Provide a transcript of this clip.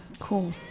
cool